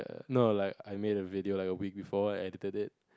no like I made a video like a week before I entered it